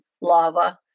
lava